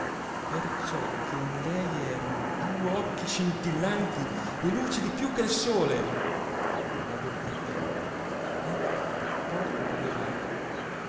ciò che in lei erano duo occhi scintillanti e lucidi più che sole la bocca piccola e petto poco rilevato